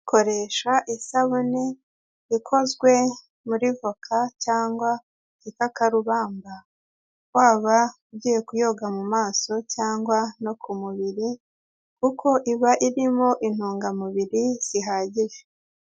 Koresha isabune ikozwe muri voka cyangwa igikakarubamba, waba ugiye kuyoga mu maso cyangwa no ku mubiri, kuko iba irimo intungamubiri zihagije.